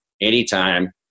anytime